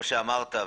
וכפי שאמרת,